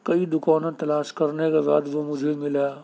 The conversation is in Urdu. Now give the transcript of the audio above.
کئی دکانیں تلاش کر نے کے بعد وہ مجھے ملا